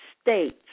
states